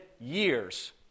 years